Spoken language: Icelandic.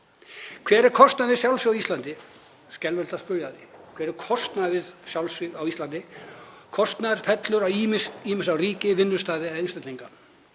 Hver er kostnaðurinn við sjálfsvíg á Íslandi? Skelfilegt að spyrja að því. Hver er kostnaður við sjálfsvíg á Íslandi? Kostnaður fellur ýmist á ríki, vinnustaði eða einstaklinga.